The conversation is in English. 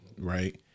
right